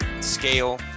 scale